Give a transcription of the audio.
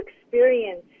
experience